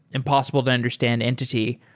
impossible to understand entity.